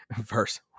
verse